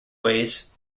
ways